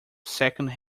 second